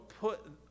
put